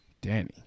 Danny